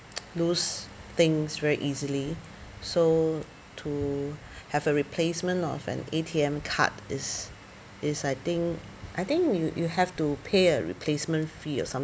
lose things very easily so to have a replacement of an A_T_M card is is I think I think you you have to pay a replacement fee or some